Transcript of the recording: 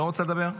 לא רוצה לדבר?